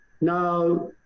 now